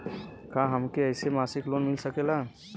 का हमके ऐसे मासिक लोन मिल सकेला?